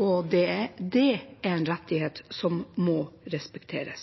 og det er en rettighet som må respekteres.